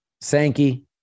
Sankey